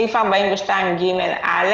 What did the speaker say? בסעיף 42ג(א),